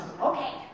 okay